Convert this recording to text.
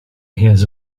hears